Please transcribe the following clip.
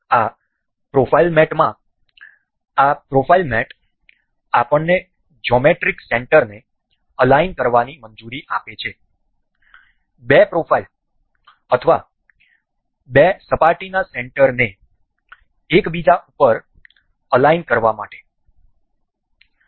આ પ્રોફાઇલ મેટમાં આ પ્રોફાઇલ મેટ આપણને જ્યોમેટ્રીક સેન્ટરને અલાઈન કરવાની મંજૂરી આપે છે બે પ્રોફાઇલ અથવા બે સપાટીના સેન્ટરને એકબીજા પર અલાઈન કરવા માટે